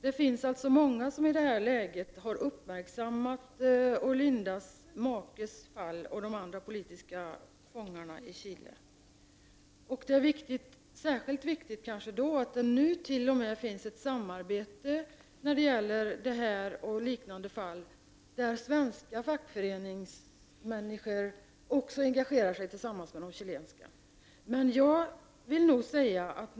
Det finns alltså många som har uppmärksammat Orlindas makes fall och de andra politiska fångarnas situation i Chile. Det förekommer nu ett samarbete när det gäller dessa fall där svenska fackföreningsföreträdare engagerar sig tillsammans med chilenska fackföreningsföreträdare.